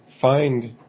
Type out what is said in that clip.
find